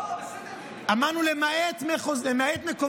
לא, בסדר, אמרנו למעט מקומית.